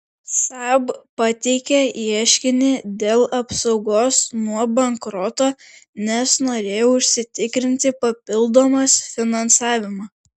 saab pateikė ieškinį dėl apsaugos nuo bankroto nes norėjo užsitikrinti papildomas finansavimą